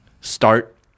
start